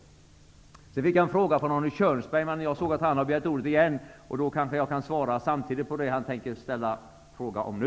Jag fick en fråga från Arne Kjörnsberg. Jag ser emellertid att han har begärt ordet igen, och jag kan därför kanske svara på den samtidigt som jag svarar på det som han tänker fråga om nu.